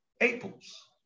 apples